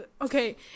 okay